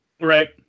Right